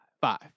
Five